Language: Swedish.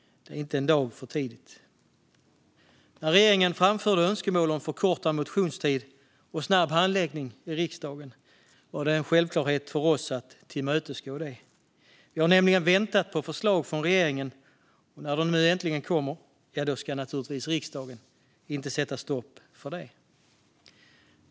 Det är inte en dag för tidigt. När regeringen framförde önskemål om förkortad motionstid och snabb handläggning i riksdagen var det en självklarhet för oss att tillmötesgå detta. Vi har nämligen väntat på förslag från regeringen, och när de äntligen kommer ska riksdagen naturligtvis inte sätta stopp för dem.